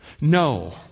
No